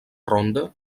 ronda